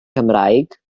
cymraeg